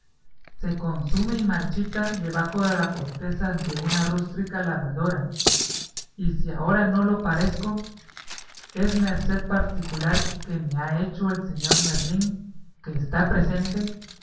se consume y marchita debajo de la corteza de una rústica labradora y si ahora no lo parezco es merced particular que me ha hecho el señor merlín que está presente